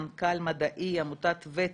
מנכ"ל מדעי מעמותת 'ותק',